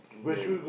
veil